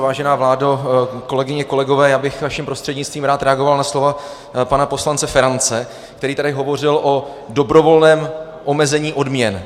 Vážená vládo, kolegyně, kolegové, já bych vaším prostřednictvím rád reagoval na slova pana poslance Ferance, který tady hovořil o dobrovolném omezení odměn.